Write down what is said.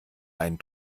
einen